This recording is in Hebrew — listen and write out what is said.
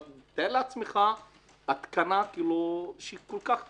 אבל תאר לעצמך התקנה כל כך פשוטה,